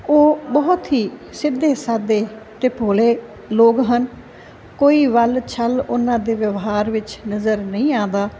ਉਹ ਬਹੁਤ ਹੀ ਸਿੱਧੇ ਸਾਧੇ ਅਤੇ ਭੋਲੇ ਲੋਕ ਹਨ ਕੋਈ ਵੱਲ ਛੱਲ ਉਹਨਾਂ ਦੇ ਵਿਵਹਾਰ ਵਿੱਚ ਨਜ਼ਰ ਨਹੀਂ ਆਉਂਦਾ